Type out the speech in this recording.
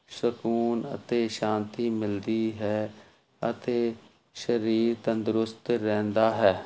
ਸਕੂਨ ਅਤੇ ਸ਼ਾਂਤੀ ਮਿਲਦੀ ਹੈ ਅਤੇ ਸਰੀਰ ਤੰਦਰੁਸਤ ਰਹਿੰਦਾ ਹੈ